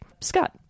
Scott